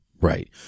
right